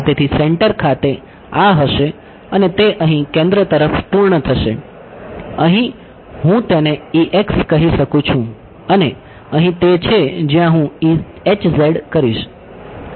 તેથી સેન્ટર ખાતે આ હશે અને તે અહીં કેન્દ્ર તરફ પૂર્ણ થશે અહી હું તેને કહી શકું છું અને અહીં તે છે જ્યાં હું કરીશ